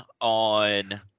on